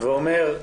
והוא אומר: